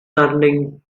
turning